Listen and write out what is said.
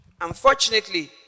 Unfortunately